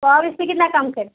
تو اور اس سے کتنا کم کریں